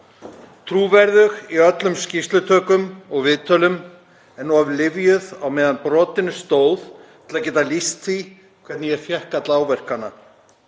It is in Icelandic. Trúverðug í öllum skýrslutökum og viðtölum en of lyfjuð á meðan brotinu stóð til að geta lýst því hvernig ég fékk alla áverkana.